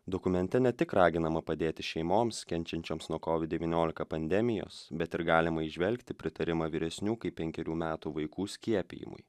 dokumente ne tik raginama padėti šeimoms kenčiančioms nuo covid devyniolika pandemijos bet ir galima įžvelgti pritarimą vyresnių kaip penkerių metų vaikų skiepijimui